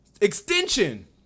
extension